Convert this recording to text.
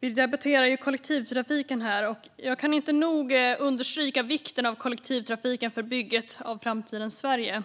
Vi debatterar kollektivtrafiken, och jag kan inte nog understryka vikten av kollektivtrafiken för bygget av framtidens Sverige.